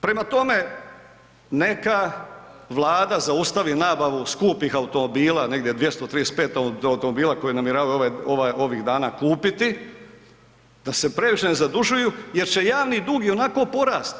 Prema tome, neka Vlada zaustavi nabavu skupih automobila negdje 235 automobila koje namjeravaju ovih dana kupiti, da se previše ne zadužuju jer će javni dug i onako porasti.